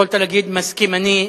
יכולת לומר מסכים אני,